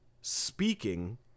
speaking